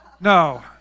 No